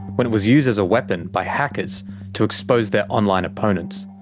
when it was used as a weapon by hackers to expose their online opponents.